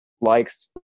likes